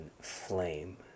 flame